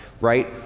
right